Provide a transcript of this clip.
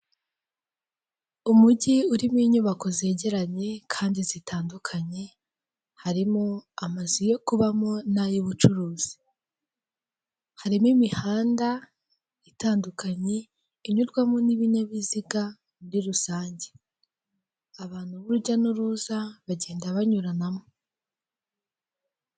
Umujyi urimo inyubako zegeranye kandi zitandukanye harimo amazu yo kubamo n'ay'ubucuruzi, harimo imihanda itandukanye inyurwamo n'ibinyabiziga muri rusange abantu b'urujya n'uruza bagenda banyuranamo.